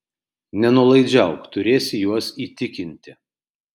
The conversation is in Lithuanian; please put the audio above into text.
nenuolaidžiauk turėsi juos įtikinti